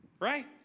right